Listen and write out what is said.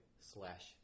slash